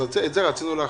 את זה רצינו להכניס.